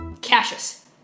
Cassius